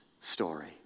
story